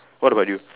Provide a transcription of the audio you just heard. what about you